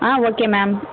ah okay ma'am